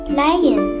lion